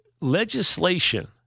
legislation